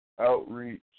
outreach